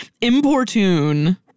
Importune